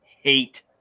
hate